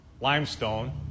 limestone